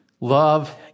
Love